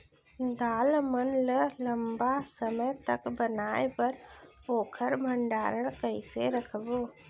दाल मन ल लम्बा समय तक बनाये बर ओखर भण्डारण कइसे रखबो?